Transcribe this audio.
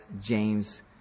James